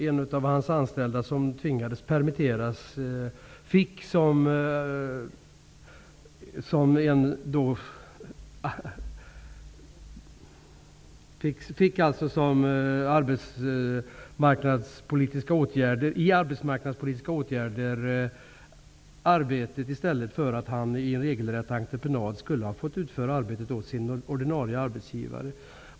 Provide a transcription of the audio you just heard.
En av de anställda som tvingades permitteras fick som en del i arbetsmarknadspolitiska åtgärder arbetet i stället för att han i regelrätt entreprenad skulle ha fått utföra arbetet åt sin ordinarie arbetsgivare.